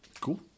Cool